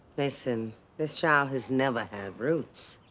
listen, this child has never had roots.